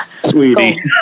Sweetie